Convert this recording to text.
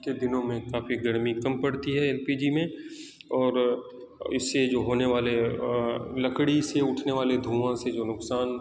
کے دنوں میں کافی گرمی کم پڑتی ہے ایل پی جی میں اور اس سے جو ہونے والے لکڑی سے اٹھنے والے دھواں سے جو نقصان